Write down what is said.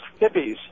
hippies